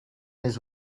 his